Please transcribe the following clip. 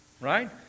right